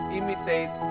imitate